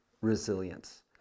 resilience